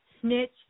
snitch